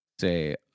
say